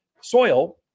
soil